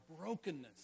brokenness